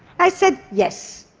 i said, yes.